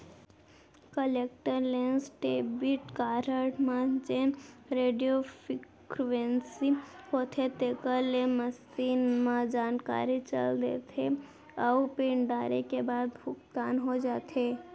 contactless debit card म जेन radio frequency होथे तेकर ले मसीन म जानकारी चल देथे अउ पिन डारे के बाद भुगतान हो जाथे